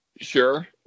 Sure